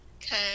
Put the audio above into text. Okay